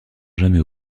jamais